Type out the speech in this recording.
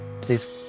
please